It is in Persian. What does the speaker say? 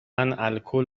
الکل